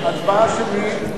אני מבקש הצבעה שמית.